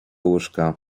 łóżka